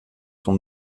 son